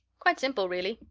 quite simple, really,